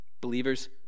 believers